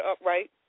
upright